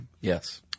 Yes